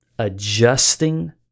adjusting